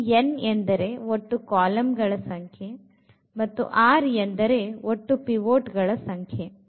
ಇಲ್ಲಿ n ಎಂದರೆ ಒಟ್ಟು ಕಾಲಂಗಳ ಸಂಖ್ಯೆ ಮತ್ತು r ಎಂದರೆ ಒಟ್ಟು ಪಿವೋಟ್ ಗಳ ಸಂಖ್ಯೆ